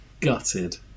gutted